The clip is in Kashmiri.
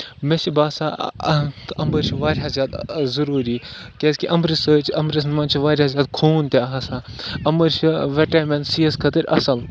مےٚ چھُ باسان اَمبٕر چھِ واریاہ زیادٕ ضروٗری کیازِ کہِ اَمبرِ سۭتۍ چھِ اَمبرِس منٛز چھُ واریاہ زیادٕ خوٗن تہِ آسان اَمبٕر چھِ وِٹامِن سیس خٲطر اَصٕل